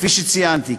כפי שציינתי.